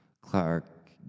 Clark